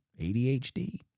ADHD